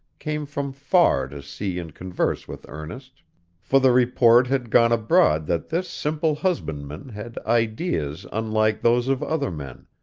came from far to see and converse with ernest for the report had gone abroad that this simple husbandman had ideas unlike those of other men,